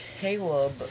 Caleb